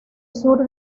sur